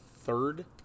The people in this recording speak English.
third